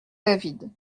david